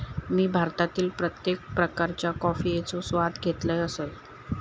मी भारतातील प्रत्येक प्रकारच्या कॉफयेचो आस्वाद घेतल असय